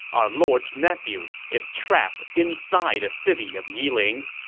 our lord's nephew, is trapped inside the city of yiling.